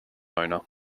owner